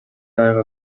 айга